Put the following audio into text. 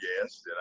Yes